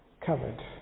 covered